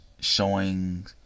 showing